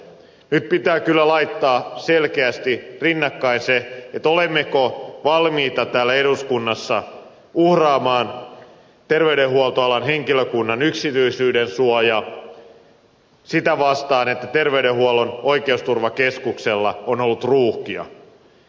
nyt pitää kyllä laittaa selkeästi rinnakkain se olemmeko valmiita täällä eduskunnassa uhraamaan terveydenhuoltoalan henkilökunnan yksityisyyden suojan sitä vastaan että terveydenhuollon oikeusturvakeskuksella on ollut ruuhkia